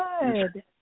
good